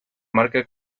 marca